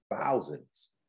thousands